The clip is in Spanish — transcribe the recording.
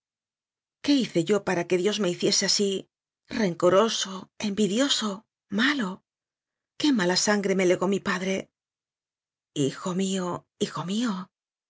qué hice yo para que dios me hiciese así rencoroso envidioso malo qué mala sangre me legó mi padre hijo mío hijo mío